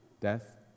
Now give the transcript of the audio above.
death